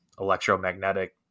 electromagnetic